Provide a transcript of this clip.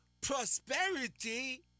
Prosperity